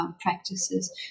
practices